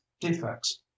defects